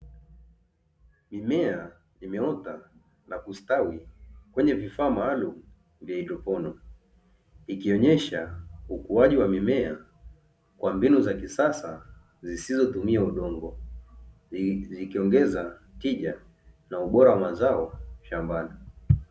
Mimea imeota na kustawi kwenye vifaa maalumu vya haidroponi, ikionyesha ukuaji wa mimea kwa mbinu za kisasa, zisizotuumia udongo zikiongeza tija na ubora wa mazao shambani.